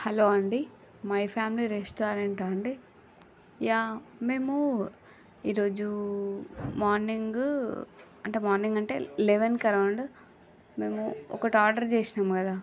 hello అండి my family రెస్టారెంటా అండి యా మేము ఈరోజు మార్నింగ్ అంటే మార్నింగ్ అంటే లెవెన్కి అరౌండ్ మేము ఒకటి ఆర్డర్ చేసినాము కదా